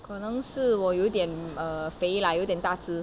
可能是我有点 uh 肥 lah 有点大只